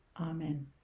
Amen